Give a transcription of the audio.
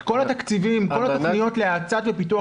כל התקציבים וכל התוכניות להאצת ופיתוח